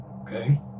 Okay